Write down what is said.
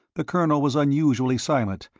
the colonel was unusually silent,